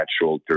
natural